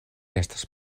estas